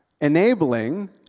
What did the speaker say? enabling